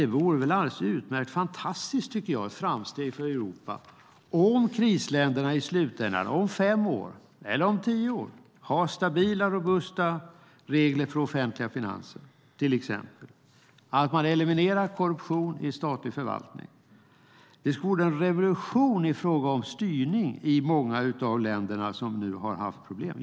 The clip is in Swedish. Det vore väl alldeles utmärkt, fantastiskt, tycker jag, och ett framsteg för Europa om krisländerna i slutändan, om fem år eller om tio år, har stabila, robusta regler till exempel för offentliga finanser och att man eliminerat korruptionen i statlig förvaltning. Det vore en revolution i fråga om styrning i många av de länder som nu har haft problem.